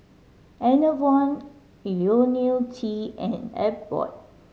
Enervon Ionil T and Abbott